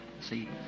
See